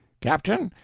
captain,